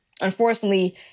unfortunately